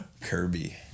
Kirby